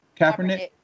Kaepernick